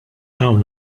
hawn